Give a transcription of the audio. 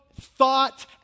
thought